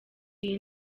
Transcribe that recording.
iyi